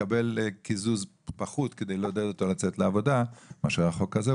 לקבל קיזוז פחות כדי לעודד אותו לצאת לעבודה מאשר החוק הזה.